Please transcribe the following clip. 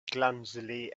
clumsily